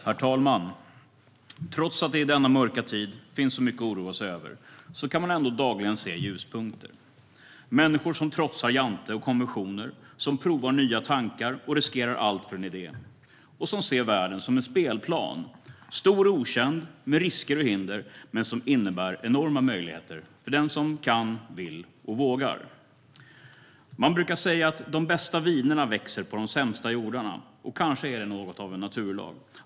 Herr talman! Trots att det i denna mörka tid finns så mycket att oroa sig över kan man dagligen se ljuspunkter: människor som trotsar Jante och konventioner, som provar nya tankar och som riskerar allt för en idé. De ser världen som en spelplan. Den är stor och okänd, med risker och hinder, men den innebär enorma möjligheter för den som kan, vill och vågar. Man brukar säga att de bästa vinerna växer på de sämsta jordarna, och kanske är detta något av en naturlag.